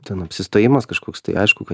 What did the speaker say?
ten apsistojimas kažkoks tai aišku kad